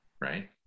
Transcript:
Right